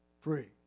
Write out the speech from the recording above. free